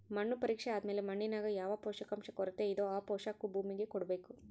ಮಣ್ಣು ಪರೀಕ್ಷೆ ಆದ್ಮೇಲೆ ಮಣ್ಣಿನಾಗ ಯಾವ ಪೋಷಕಾಂಶ ಕೊರತೆಯಿದೋ ಆ ಪೋಷಾಕು ಭೂಮಿಗೆ ಕೊಡ್ಬೇಕು